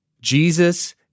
Jesus